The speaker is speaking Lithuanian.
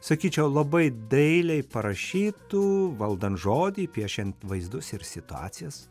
sakyčiau labai dailiai parašytų valdant žodį piešiant vaizdus ir situacijas